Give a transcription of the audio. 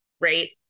Right